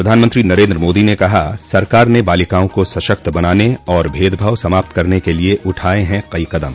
प्रधानमंत्री नरेन्द्र मोदी ने कहा सरकार ने बालिकाओं को सशक्त बनाने और भेदभाव समाप्त करने के लिए उठाये हैं कई कदम